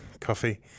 coffee